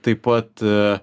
taip pat